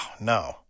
no